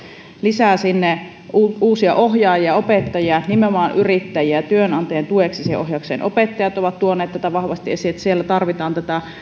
lisää uusia ohjaajia opettajia nimenomaan yrittäjiä työnantajia tueksi siihen ohjaukseen opettajat ovat tuoneet tätä vahvasti esiin että tarvitaan